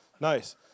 Nice